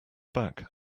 back